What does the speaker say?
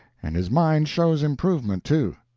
and his mind shows improvement too.